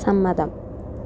സമ്മതം